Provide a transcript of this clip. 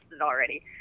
already